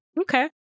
Okay